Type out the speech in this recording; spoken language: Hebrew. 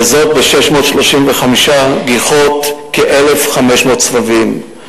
וזאת ב-635 גיחות, כ-1,500 סבבים.